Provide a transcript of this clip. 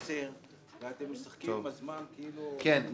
ב-10:00 ואתם משחקים עם הזמן כאילו --- כן,